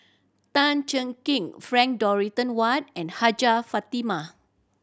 Tan Cheng Kee Frank Dorrington Ward and Hajjah Fatimah